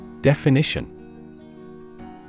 Definition